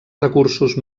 recursos